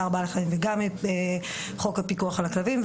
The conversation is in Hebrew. בעלי חיים וגם בחוק הפיקוח על הכלבים,